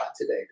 today